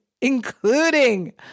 including